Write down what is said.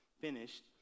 finished